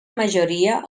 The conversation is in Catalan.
majoria